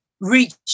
reach